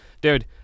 dude